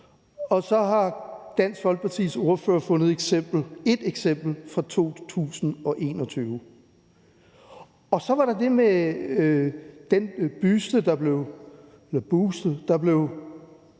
og så har Dansk Folkepartis ordfører fundet et eksempel fra 2021. Så var der det med den buste, der blev